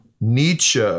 Nietzsche